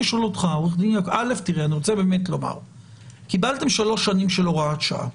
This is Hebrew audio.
עורך דין יעקבי, קיבלתם שלוש שנים של הוראת שעה.